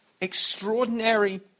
extraordinary